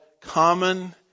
common